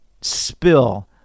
spill